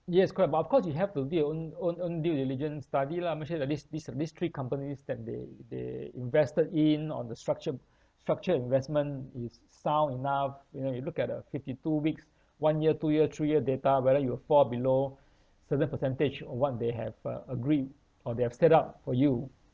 yes correct but of course you have to do your own own own due diligence study lah make sure that these these these three companies that they they invested in on the structured structured investment is sound enough you know you look at the fifty two weeks one year two year three year data whether it will fall below certain percentage or what they have uh agreed or they have set up for you